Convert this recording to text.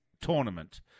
tournament